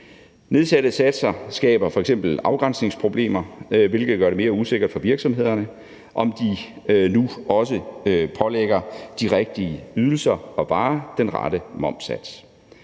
Nedsatte satser skaber f.eks. afgrænsningsproblemer, hvilket gør det mere usikkert for virksomhederne, om de nu også pålægger de rigtige ydelser og varer den rette momssats.